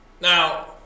Now